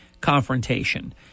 confrontation